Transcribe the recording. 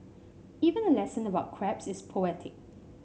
even a lesson about crabs is poetic